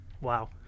Wow